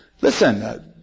Listen